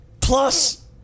plus